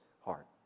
heart